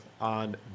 on